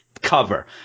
cover